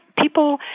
people